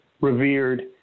revered